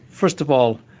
first of all,